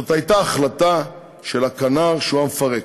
זאת הייתה החלטה של הכנ"ר, שהוא המפרק.